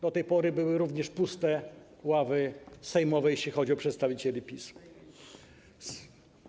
Do tej pory były również puste ławy sejmowe, jeśli chodzi o przedstawicieli PiS-u.